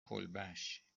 کلبش